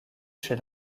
chez